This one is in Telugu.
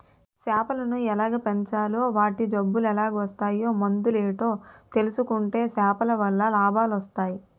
సేపలను ఎలాగ పెంచాలో వాటి జబ్బులెలాగోస్తాయో మందులేటో తెలుసుకుంటే సేపలవల్ల లాభాలొస్టయి